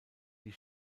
die